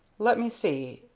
let me see,